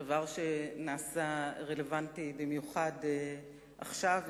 הדבר נעשה רלוונטי במיוחד עכשיו,